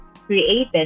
created